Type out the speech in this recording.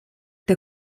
der